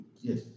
Yes